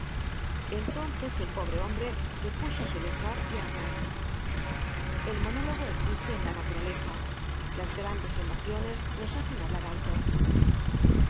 entonces el pobre hombre se puso á sollozar y á hablar el monólogo existe en la naturaleza las grandes emociones nos hacen hablar alto